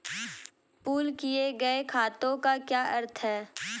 Pool किए गए खातों का क्या अर्थ है?